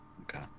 Okay